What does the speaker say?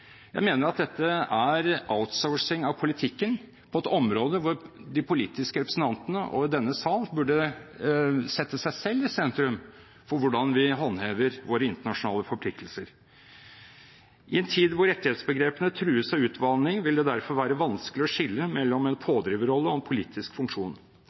Jeg mener at dette er outsourcing av politikken på et område hvor de politiske representantene og denne sal burde sette seg selv i sentrum for hvordan vi håndhever våre internasjonale forpliktelser. I en tid da rettighetsbegrepene trues av utvanning, vil det derfor være vanskelig å skille mellom en pådriverrolle og en politisk funksjon.